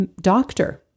doctor